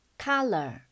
Color